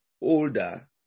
older